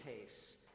case